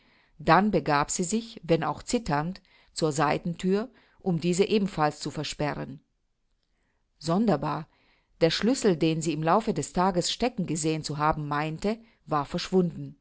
dann begab sie sich wenn auch zitternd zur seitenthür um diese ebenfalls zu versperren sonderbar der schlüssel den sie im laufe des tages stecken gesehen zu haben meinte war verschwunden